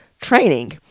training